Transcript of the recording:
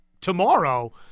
tomorrow